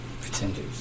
Pretenders